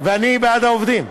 ואני בעד העובדים.